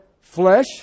flesh